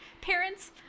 Parents